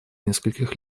нескольких